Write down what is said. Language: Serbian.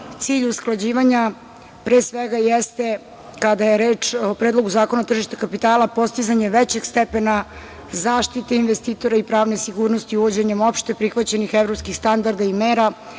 cilj usklađivanja pre svega jeste, kada je reč o Predlogu zakona o tržištu kapitala, postizanje većeg stepena zaštite investitora i pravne sigurnosti uvođenjem opšte prihvaćenih evropskih standarda i mera